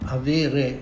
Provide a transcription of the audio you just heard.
avere